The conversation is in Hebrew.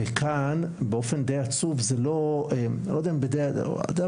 כאן, באופן די עצוב אתה יודע מה?